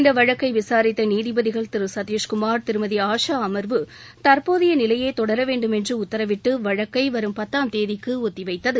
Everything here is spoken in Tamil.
இந்த வழக்கை விசாரித்த நீதிபதிகள் திரு சதிஷ்குமார் திருமதி பி டி ஆஷா அமர்வு தற்போதைய நிலையே தொடர வேண்டுமென்று உத்தரவிட்டு வழக்கை வரும் பத்தாம் தேதிக்கு ஒத்திவைத்தது